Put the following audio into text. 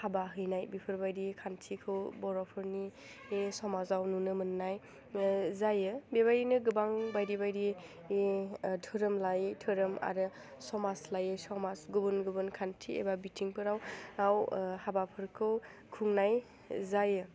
हाबा हैनाय बेफोरबायदि खान्थिखौ बर'फोरनि समाजाव नुनो मोन्नाय जायो बेबायदिनो गोबां बायदि बायदि बे धोरोम लायै धोरोम आरो समाज लायै समाज गुबुन गुबन खान्थि एबा बिथिंफोराव हाबाफोरखौ खुंनाय जायो